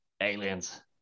aliens